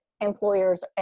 employers